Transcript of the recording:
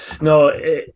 No